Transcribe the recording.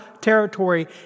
territory